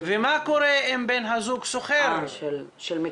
מה קורה אם בן הזוג שוכר איימן,